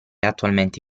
attualmente